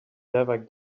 never